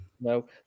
no